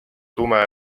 tume